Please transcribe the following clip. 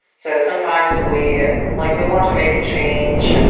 so sometimes we like we want to make a change,